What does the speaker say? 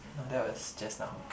no that was just now